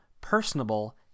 personable